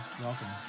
Welcome